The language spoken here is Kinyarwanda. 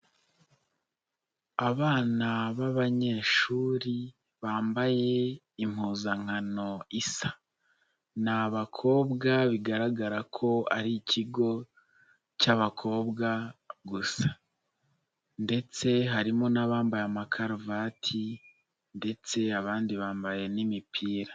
Abana b'abanyeshuri bambaye impuzankano isa ni abakobwa bigaragara ko ari ikigo cy'abakobwa gusa ndetse harimo n'abambaye amakaruvati ndetse abandi bambaye n'imipira.